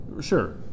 Sure